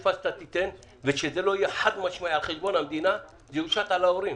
דחיפה שתיתן לא יהיה חד משמעי על חשבון המדינה וזה יושת על ההורים.